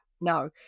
No